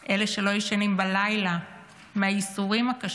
אלה שלא ישנים בלילה מהייסורים הקשים